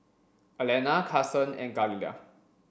Alannah Cason and Galilea